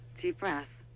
deep breath.